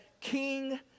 King